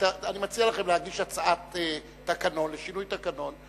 אני מציע לכם להגיש הצעה לשינוי תקנון,